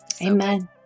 Amen